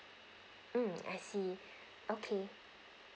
mm I see okay